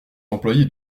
employés